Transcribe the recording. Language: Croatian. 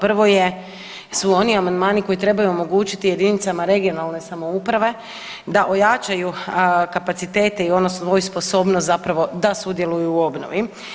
Prvo su oni amandmani koji trebaju omogućiti jedinicama regionalne samouprave da ojačaju kapacitete i onu svoju sposobnost zapravo da sudjeluju u obnovi.